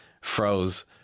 froze